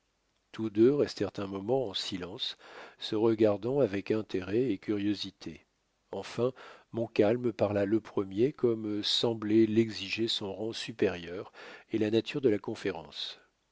tous deux restèrent un moment en silence se regardant avec intérêt et curiosité enfin montcalm parla le premier comme semblaient l'exiger son rang supérieur et la nature de la conférence